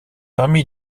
parmi